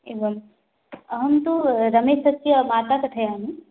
एवम् अहं तु रमेशस्य माता कथयामि